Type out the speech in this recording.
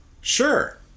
Sure